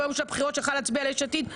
ביום הבחירות כשבאה איתי להצביע ליש עתיד.